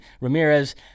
Ramirez